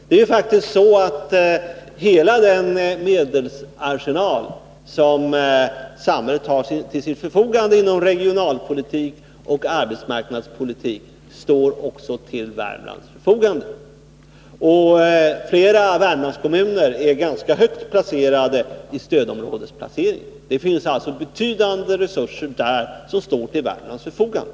Det är faktiskt så att hela den medelsarsenal som samhället har till sitt förfogande inom regionalpolitiken och arbetsmarknadspolitiken står även till Värmlands förfogande. Och flera Värmlandskommuner ligger ganska högt i stödområdesplaceringen. Det finns alltså betydande resurser där som står till Värmlands förfogande.